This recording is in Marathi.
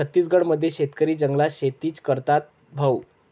छत्तीसगड मध्ये शेतकरी जंगलात शेतीच करतात भाऊ